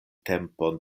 tempon